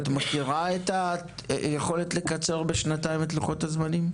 את מכירה את היכולת לקצר בשנתיים את לוחות הזמנים?